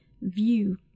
view